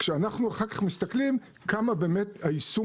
כשאנחנו אחר-כך מסתכלים כמה באמת היישום